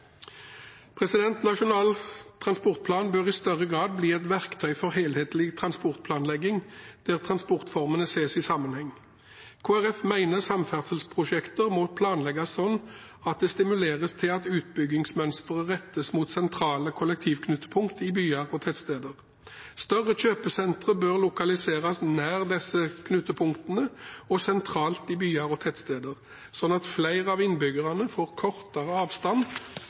Nasjonal transportplan bør i større grad bli et verktøy for helhetlig transportplanlegging, der transportformene ses i sammenheng. Kristelig Folkeparti mener samferdselsprosjekter må planlegges slik at det stimuleres til at utbyggingsmønsteret rettes mot sentrale kollektivknutepunkt i byer og tettsteder. Større kjøpesentre bør lokaliseres nær disse knutepunktene og sentralt i byer og tettsteder, slik at flere av innbyggerne får kortere avstand